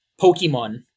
Pokemon